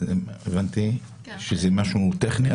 הבנתי שזה משהו טכני.